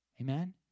Amen